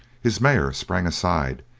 his mare spring aside,